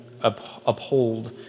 uphold